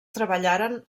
treballaren